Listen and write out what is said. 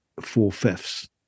four-fifths